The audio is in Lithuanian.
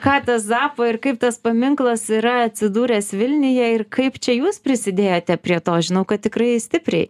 ką tas zapo ir kaip tas paminklas yra atsidūręs vilniuje ir kaip čia jūs prisidėjote prie to aš žinau kad tikrai stipriai